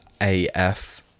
AF